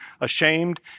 ashamed